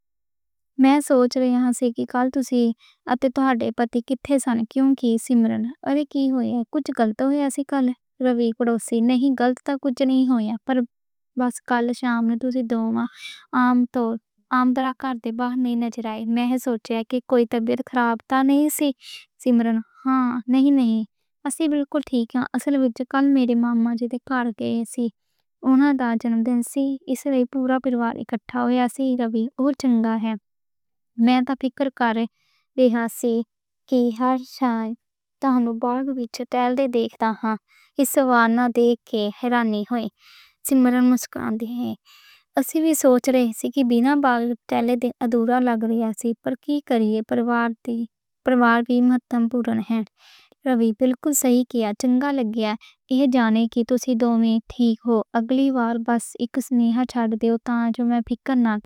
میں سوچ رہا ہاں سی کہ کَل تُسیں ایتھے تہاڈے پتی کتھے سن، کیوں کہ سمرن، ارے، کی ہویا ہے؟ کُجھ غلط ہویا ہے۔ سی کَل، ربی پڑوسی نہیں، غلط تے کُجھ نہیں ہویا ہے۔ پر بس کَل شام نوں تُسیں دوویں عام توں عام طرح کار دے باہر نئیں نظر آئے۔ میں سوچ رہا ہاں کہ کوئی طبیعت خراب تے نہیں سی، سمرن؟ ہاں، نہیں، نہیں، اسی بالکل ٹھیک ہاں۔ اصل وچ کَل میرے مامے جی دے کَل گئے ساں، انہاں دا جنم دن سی، اس لئی پورا پریوار اکٹھا ہویا سی۔ ربی، اوہ چنگا ہے، میں تاں فکر کرداں ساں کہ ہر شئے تاں ہم باغ وچ ٹہل دے ویکھدے ہاں۔ کہ سویر نہ ویکھے، حیرانی ہوئی، سمرن، مسکان دے ہاں۔ اسی وی سوچ رہی ساں کہ بینا باغ ٹہلہ دے ادھورا لگ رہی سی۔ پر کی کریے، پریوار وی مہتوپورن ہے، ربی؟ بالکل صحیح کیا، چنگا لگ گیا ہے۔ یہ جان کے تُسیں دوویں ٹھیک ہو، اگلی وار بس ایک سنیدہ چھڈ دیو تاں جو میں فکر نہ کراں۔